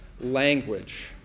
language